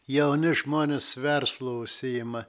jauni žmonės verslu užsiima